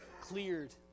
cleared